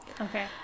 Okay